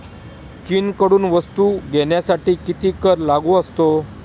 चीनकडून वस्तू घेण्यासाठी किती कर लागू असतो?